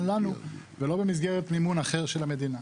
לנו ולא במסגרת מימון אחר של המדינה.